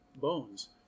bones